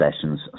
sessions